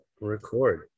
Record